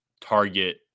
target